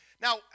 Now